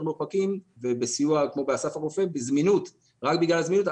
מרוחקים כמו אסף הרופא רק בגלל הזמינות,